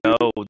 no